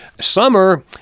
Summer